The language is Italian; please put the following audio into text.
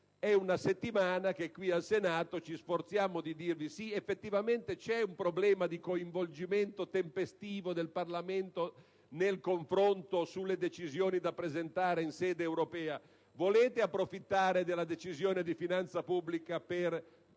È una settimana che qui al Senato ci sforziamo di dirvi che effettivamente esiste un problema di coinvolgimento tempestivo del Parlamento nel confronto sulle decisioni da presentare in sede europea. Volete approfittare della Decisione di finanza pubblica per